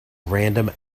random